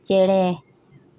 ᱪᱮᱬᱮ